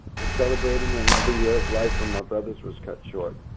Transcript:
for celebrating another year of life when my brother's was cut short.